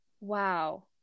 wow